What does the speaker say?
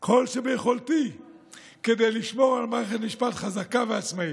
כל שביכולתי כדי לשמור על מערכת משפט חזקה ועצמאית.